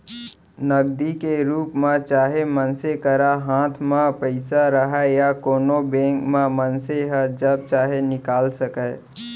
नगदी के रूप म चाहे मनसे करा हाथ म पइसा रहय या कोनों बेंक म मनसे ह जब चाहे निकाल सकय